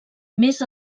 més